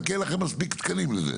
זה בגלל שאין לכם מספיק תקנים לזה.